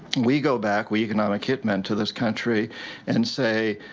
we go back, we economic hit men, to this country and say,